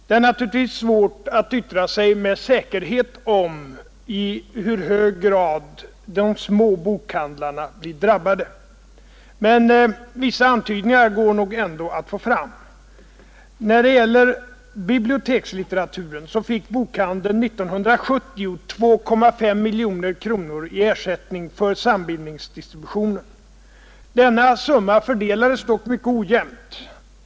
Det är naturligtvis svårt att yttra sig med säkerhet om i vilken grad de små bokhandlarna blir drabbade. Vissa antydningar går nog ändå att få fram. När det gäller bibliotekslitteraturen fick bokhandeln 1970 2,5 miljoner kronor i ersättning för sambindningsdistributionen. Denna summa fördelades dock mycket ojämnt.